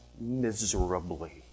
miserably